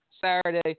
Saturday